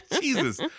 Jesus